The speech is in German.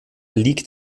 liegt